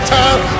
time